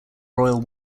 royal